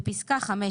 בפסקה (5),